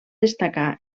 destacar